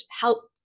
help